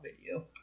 video